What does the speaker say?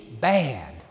bad